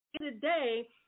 Today